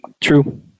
True